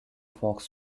fox